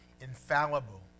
infallible